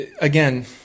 Again